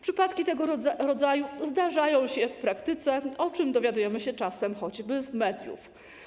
Przypadki tego rodzaju zdarzają się w praktyce, o czym dowiadujemy się czasem choćby z mediów.